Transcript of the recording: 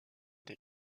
des